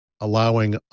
allowing